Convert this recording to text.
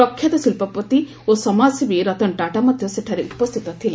ପ୍ରଖ୍ୟାତ ଶିଳ୍ପପତି ଓ ସମାଜସେବୀ ରତନ ଟାଟା ମଧ୍ୟ ସେଠାରେ ଉପସ୍ଥିତ ଥିଲେ